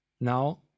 now